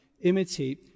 imitate